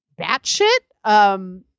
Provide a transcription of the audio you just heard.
batshit